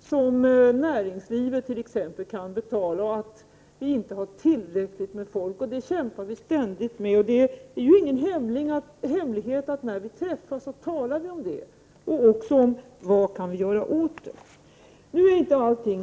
som exempelvis näringslivet kan betala, och vi har inte tillräckligt med personal. Detta kämpar vi ständigt med. Det är ju ingen hemlighet att vi talar om detta när vi träffas, och om vad vi kan göra åt problemet.